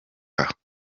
w’imikino